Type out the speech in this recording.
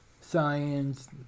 science